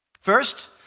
First